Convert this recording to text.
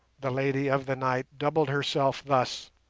the lady of the night doubled herself thus,